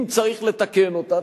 אם צריך לתקן אותה,